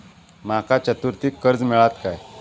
माका चतुर्थीक कर्ज मेळात काय?